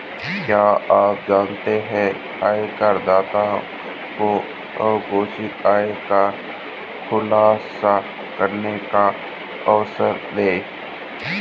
क्या आप जानते है आयकरदाताओं को अघोषित आय का खुलासा करने का अवसर देगी?